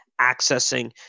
accessing